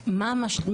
המשטרה,